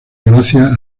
gracias